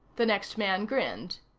the next man grinned.